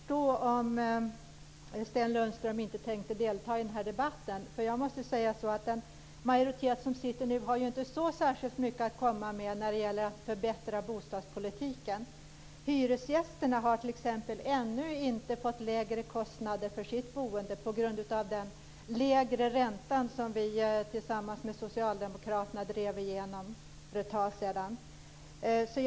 Fru talman! Jag kan förstå om Sten Lundström inte tänkte delta i den här debatten. Den sittande majoriteten har inte särskilt mycket att komma med när det gäller att förbättra bostadspolitiken. Hyresgästerna har t.ex. ännu inte fått lägre boendekostnader på grund av en lägre ränta som vi tillsammans med socialdemokraterna för ett tag sedan drev igenom.